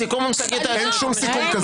הסיכום עם שגית היה --- אין שום סיכום כזה.